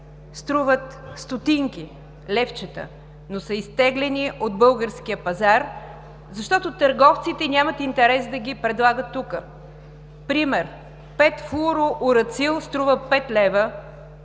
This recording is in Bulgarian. струват стотинки, левчета, но са изтеглени от българския пазар, защото търговците нямат интерес да ги предлагат тук. Пример – 5 Flurooracil струва 5 лв.